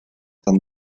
tan